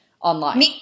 online